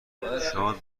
شادباد